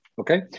okay